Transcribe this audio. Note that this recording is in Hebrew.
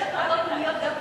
יש הטרדות מיניות גם,